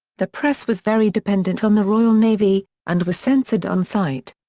the press was very dependent on the royal navy, and was censored on site.